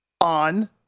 on